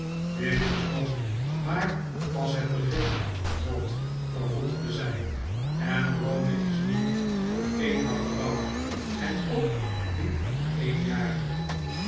dit is nog maar pas het begin trot vervolgde zij en rome is niet op een dag gebouwd en ook niet in een jaar